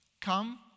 come